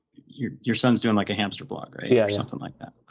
your your son is doing like a hamster blog or yeah or something like that,